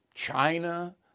China